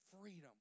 freedom